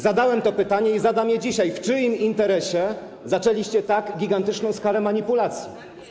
Zadałem już to pytanie i zadam je dzisiaj: W czyim interesie zaczęliście tak gigantyczną skalę manipulacji?